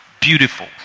beautiful